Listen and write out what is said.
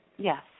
Yes